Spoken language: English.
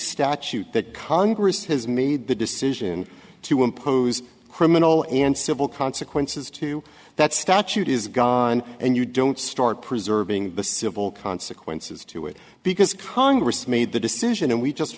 statute that congress has made the decision to impose criminal and civil consequences to that statute is gone and you don't start preserving the civil consequences to it because congress made the decision and we just